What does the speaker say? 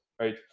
right